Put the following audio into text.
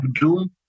doom